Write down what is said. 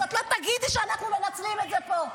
אז את לא תגידי שאנחנו מנצלים את זה פה.